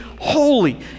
holy